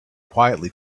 quietly